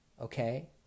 okay